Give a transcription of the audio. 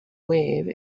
wave